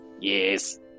Yes